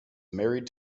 married